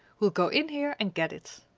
we'll go in here and get it.